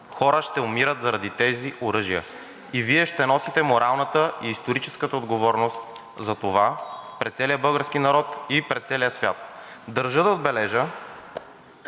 хора ще умират заради тези оръжия и Вие ще носите моралната и историческата отговорност за това пред целия български народ и пред целия свят. Държа да отбележа,